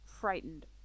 frightened